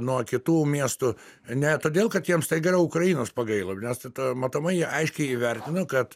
nuo kitų miestų ne todėl kad jiem staiga ukrainos pagailo nes matomai jie aiškiai įvertino kad